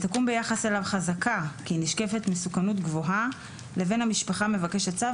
ותקום ביחס אליו חזקה כי נשקפת ממנו סכנה גבוהה לבן המשפחה מבקש הצו,